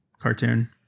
cartoon